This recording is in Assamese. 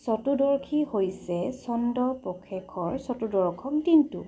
চতুৰ্দশী হৈছে চন্দ্ৰ পষেকৰ চতুৰ্দশ দিনটো